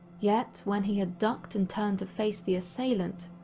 yet, when he had ducked and turned to face the assailant,